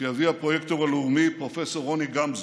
שיביא הפרויקטור הלאומי, פרופ' רוני גמזו.